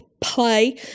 play